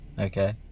Okay